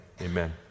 amen